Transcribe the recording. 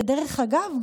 ודרך אגב,